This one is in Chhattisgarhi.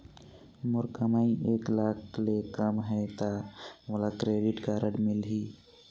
मोर कमाई एक लाख ले कम है ता मोला क्रेडिट कारड मिल ही?